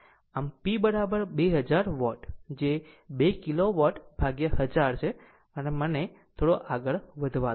આમ P 2000 watt જે 2 kilowatt ભાગ્યા 1000 છે અને મને થોડો આગળ વધવા દો